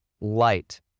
light